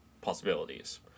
possibilities